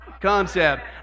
concept